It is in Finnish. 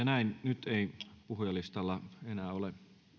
näin nyt ei puhujalistalla enää ole